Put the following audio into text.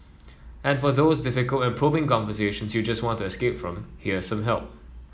and for those difficult and probing conversations you just want to escape from here some help